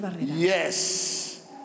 Yes